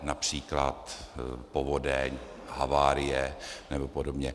Například povodeň, havárie nebo podobně.